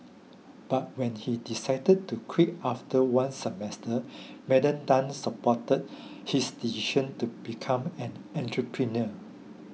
but when he decided to quit after one semester Madam Tan supported his decision to become an entrepreneur